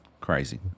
Crazy